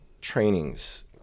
trainings